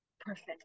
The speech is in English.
Perfect